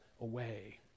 away